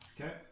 Okay